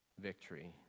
victory